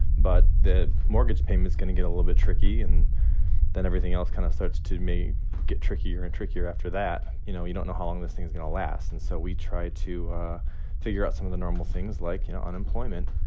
but the mortgage payment's going to get a little bit tricky. and then everything else kind of starts to may get trickier and trickier after that. you know, we don't know how long this thing's going to last. and so we try to figure out some of the normal things like, you know, unemployment.